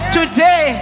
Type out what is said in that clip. Today